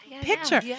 picture